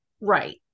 Right